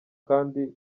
kandi